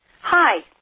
Hi